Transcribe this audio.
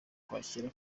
kwakira